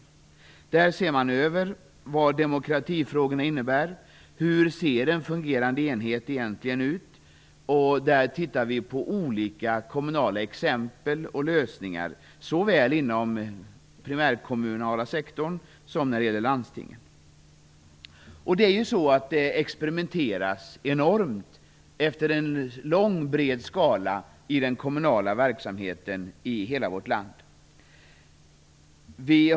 Där ser man över vad demokratifrågorna innebär, och hur en fungerande enhet egentligen ser ut. Man tittar på olika kommunala exempel och lösningar, inom den primärkommunala sektorn såväl som landstingen. Det experimenteras enormt och i stor skala i den kommunala verksamheten i hela vårt land.